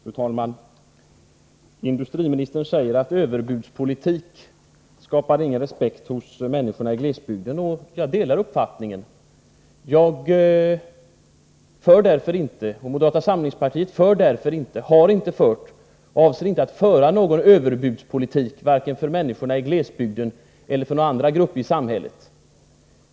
Fru talman! Industriministern säger att överbudspolitik inte skapar någon respekt hos människorna i glesbygden. Jag delar den uppfattningen. Moderata samlingspartiet för därför inte, har inte fört och avser inte att föra någon överbudspolitik vare sig för människorna i glesbygden eller för några andra grupper i samhället.